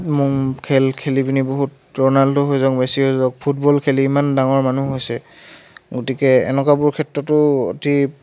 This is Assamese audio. খেল খেলি পিনে বহুত ৰনাল্ডো হৈ যাওক মেচি হৈ যাওক ফুটবল খেলি ইমান ডাঙৰ মানুহ হৈছে গতিকে এনেকুৱাবোৰ ক্ষেত্ৰতো অতি